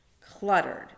cluttered